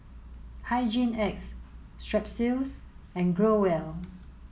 Hygin X Strepsils and Growell